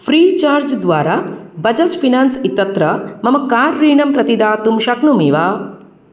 Freecharge द्वारा Bajaj finance इत्यत्र मम कार् ऋणं प्रतिदातुं शक्नोमि वा